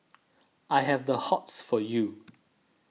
I have the hots for you